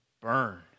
burn